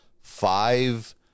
five